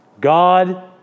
God